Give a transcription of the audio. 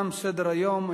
תם סדר-היום.